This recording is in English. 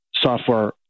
software